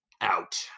out